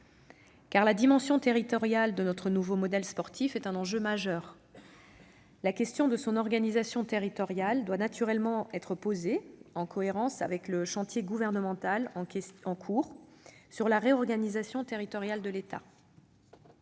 La dimension territoriale de notre nouveau modèle sportif est un enjeu majeur. La question de son organisation territoriale doit naturellement être posée en cohérence avec le chantier gouvernemental en cours sur la réorganisation territoriale de l'État.